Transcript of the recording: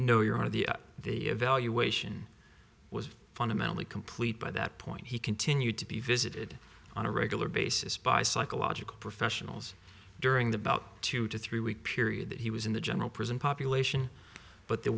no you're out of the the evaluation was fundamentally complete by that point he continued to be visited on a regular basis by psychological professionals during the bout two to three week period that he was in the general prison population but the